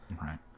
Right